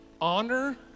honor